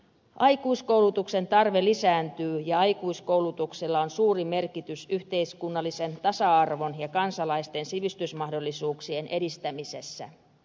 aikuiskoulutuksen tarve lisääntyy ja aikuiskoulutuksella on suuri merkitys yhteiskunnallisen tasa arvon ja kansalaisten sivistysmahdollisuuksien edistämisessä